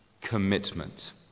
commitment